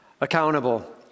accountable